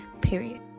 period